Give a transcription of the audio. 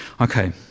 Okay